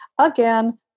Again